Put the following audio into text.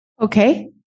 okay